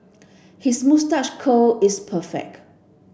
his moustache curl is perfect